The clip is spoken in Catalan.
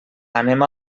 anem